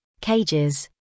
cages